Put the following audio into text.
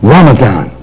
Ramadan